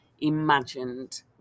imagined